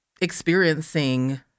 experiencing